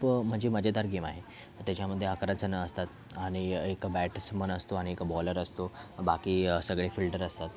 खूप म्हणजे मजेदार गेम आहे त्याच्यामध्ये अकराजणं असतात आणि एक बॅटसमन असतो आणि एक बॉलर असतो बाकी सगळे फिल्डर असतात